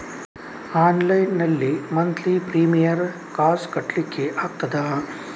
Online ನಲ್ಲಿ monthly premium ಕಾಸ್ ಕಟ್ಲಿಕ್ಕೆ ಆಗ್ತದಾ?